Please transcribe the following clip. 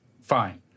fine